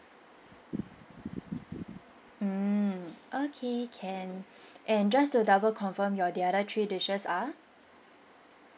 mm okay can and just to double confirm your the other three dishes are